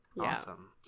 Awesome